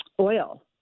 oil